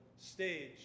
stage